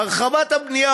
הרחבת הבנייה,